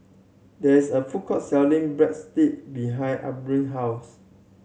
there is a food court selling Bread Stick behind Abbigail house